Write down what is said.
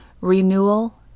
Renewal